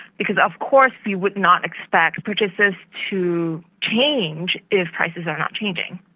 because of course you would not expect purchases to change if prices are not changing.